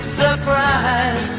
surprise